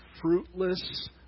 fruitless